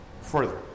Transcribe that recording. further